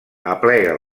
aplega